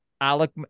Alec